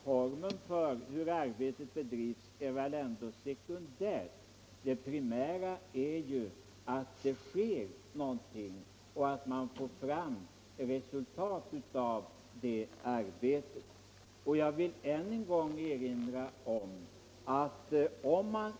Herr talman! Formen för arbetet är väl ändå en sekundär sak. Det primära är ju att arbetet görs och att det blir resultat av det. Om man